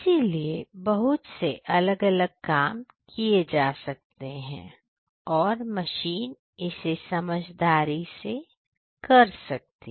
इसीलिए बहुत से अलग अलग काम किए जा सकते हैं और मशीन इसे समझदारी से कर सकती है